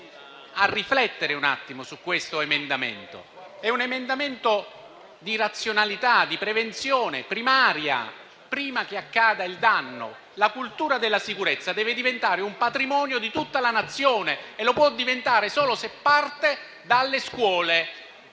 a riflettere su questo emendamento, che è una proposta di razionalità e di prevenzione primaria, prima che accada il danno. La cultura della sicurezza deve diventare un patrimonio di tutta la Nazione e lo può diventare solo se parte dalle scuole.